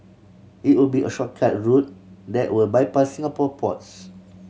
it will be a shortcut route that will bypass Singapore ports